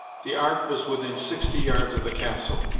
the ark was within sixty yards of the castle,